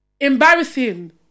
Embarrassing